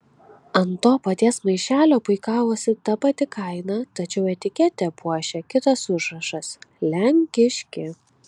ant to paties maišelio puikavosi ta pati kaina tačiau etiketę puošė kitas užrašas lenkiški